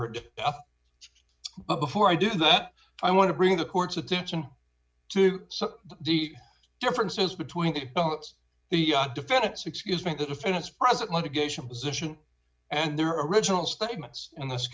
her but before i do that i want to bring the court's attention to the differences between the defendants excuse because defendants present litigation position and their original statements in this